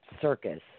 circus